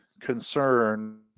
concern